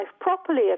properly